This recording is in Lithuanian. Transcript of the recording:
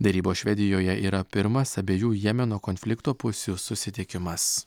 derybos švedijoje yra pirmas abiejų jemeno konflikto pusių susitikimas